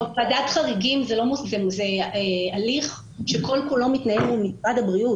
ועדת חריגים זה הליך שכל כולו מתנהל מול משרד הבריאות.